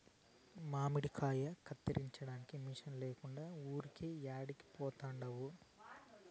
మామిడికాయ కత్తిరించడానికి మిషన్ లేకుండా ఊరికే యాడికి పోతండావు